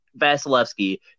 Vasilevsky